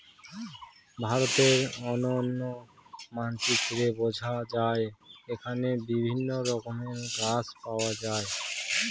ভারতের অনন্য মানচিত্রে বোঝা যায় এখানে বিভিন্ন রকমের গাছ পাওয়া যায়